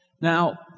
Now